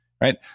right